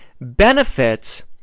Benefits